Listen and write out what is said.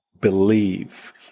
believe